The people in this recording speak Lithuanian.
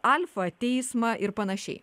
alfa teismą ir panašiai